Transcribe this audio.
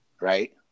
right